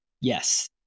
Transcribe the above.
yes